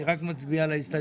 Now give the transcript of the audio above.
אני רק מצביע על ההסתייגויות.